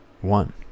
One